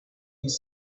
his